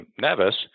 Nevis